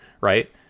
right